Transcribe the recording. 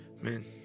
Man